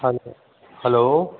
ह हलो